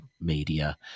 Media